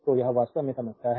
तो यह वास्तव में समस्या है